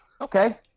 okay